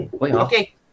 Okay